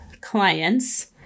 clients